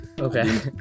okay